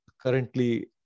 currently